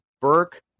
Burke